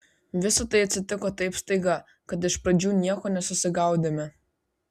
visa tai atsitiko taip staiga kad iš pradžių nieko nesusigaudėme